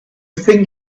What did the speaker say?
thing